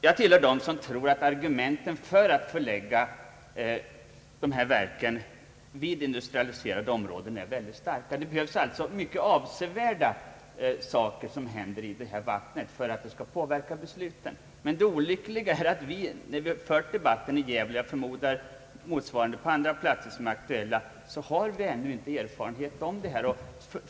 Jag tillhör dem som tror att argumenten för att förlägga dessa verk i industrialiserade områden är mycket starka. Det behövs alltså avsevärda verkningar på föroreningen för att de skall påverka besluten. Men det olyckliga är att vi, när vi fört debatten i Gävle — och jag förmodar att detsamma är fallet på andra platser som är aktuella i detta samman hang — ännu inte har haft någon erfa renhet av detta.